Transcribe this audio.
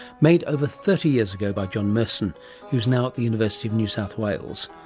made over thirty years ago by john merson who is now at the university of new south wales.